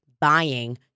buying